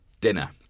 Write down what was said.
dinner